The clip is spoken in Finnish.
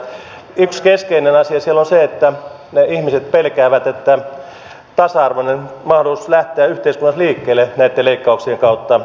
yksi keskeinen asia siellä on se että ne ihmiset pelkäävät että tasa arvoinen mahdollisuus lähteä yhteiskunnassa liikkeelle näitten leikkauksien kautta vähenee heikkenee